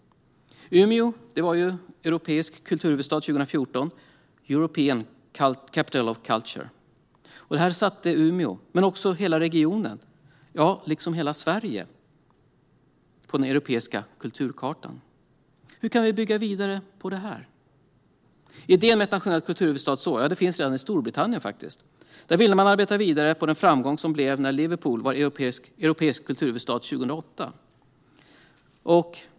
Umeå var europeisk kulturhuvudstad 2014, European Capital of Culture. Det satte Umeå och hela regionen, ja, hela Sverige, på den europeiska kulturkartan. Hur kan vi bygga vidare på detta? Idén med ett nationellt kulturhuvudstadsår finns redan i Storbritannien. Där ville man arbeta vidare på den framgång som blev när Liverpool var europeisk kulturhuvudstad 2008.